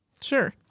Sure